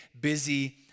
busy